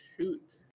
Shoot